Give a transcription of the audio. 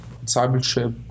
discipleship